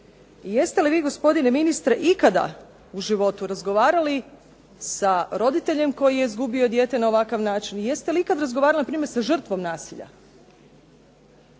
jeste li vi, gospodine ministre, ikada u životu razgovarali sa roditeljem koji je izgubio dijete na ovakav način i jeste li ikad razgovarali npr., sa žrtvom nasilja?